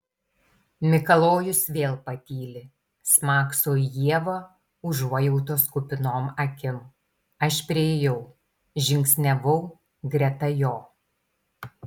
mikalojus vėl patyli smakso į ievą užuojautos kupinom akim aš priėjau žingsniavau greta jo